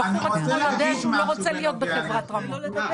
הבחור עצמו יודע שהוא לא רוצה להיות בחברת רמות.